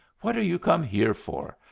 what are you come here for?